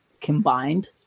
combined